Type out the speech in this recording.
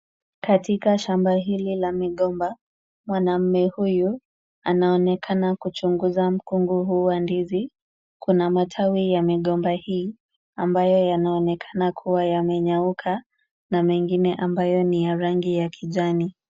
Latika shamba hili la migomba, mwanaume huyu, anaonekana kuchunguza mkungu huu wa ndizi, kuna matawi ya migomba hii ambayo yanaonekana kuwa yamenyauka na mengine ambayo ni ya rangi ya kijani.